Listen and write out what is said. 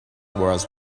whereas